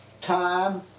time